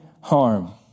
harm